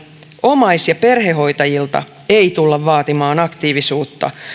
omais ja perhehoitajilta ei tulla vaatimaan aktiivisuutta